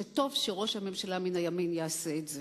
שטוב שראש הממשלה מן הימין יעשה את זה.